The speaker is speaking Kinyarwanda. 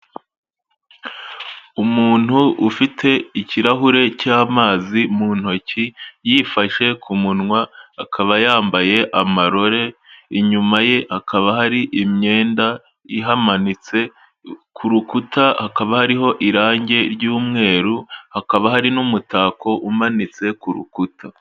Umuntu ufite ikirahure cy'amazi mu ntoki yifashe ku munwa akaba yambaye amarore, inyuma ye hakaba hari imyenda ihamanitse ku rukuta hakaba hariho irangi ry'umweru hakaba hari n'umutako umanitse ku rukuta.